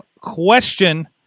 question